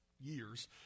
years